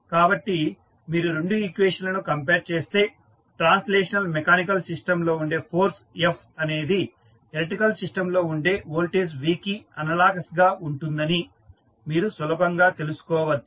కాబట్టి మీరు రెండు ఈక్వేషన్స్ లను కంపేర్ చేస్తే ట్రాన్స్లేషనల్ మెకానికల్ సిస్టంలో ఉండే ఫోర్స్ F అనేది ఎలక్ట్రికల్ సిస్టం లో ఉండే వోల్టేజ్ V కి అనలాగస్ గా ఉంటుందని మీరు సులభంగా తెలుసుకోవచ్చు